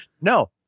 no